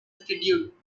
schedule